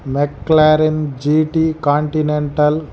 McLaren GT continental